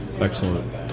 Excellent